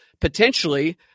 potentially